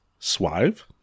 swive